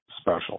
special